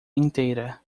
inteira